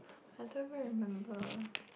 I don't even remember